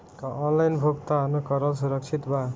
का ऑनलाइन भुगतान करल सुरक्षित बा?